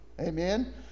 Amen